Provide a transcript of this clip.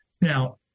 Now